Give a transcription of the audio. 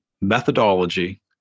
methodology